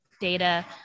data